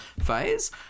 phase